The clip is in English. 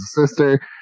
sister